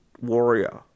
Warrior